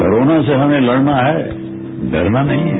corona से हमें लड़ना है डरना नहीं है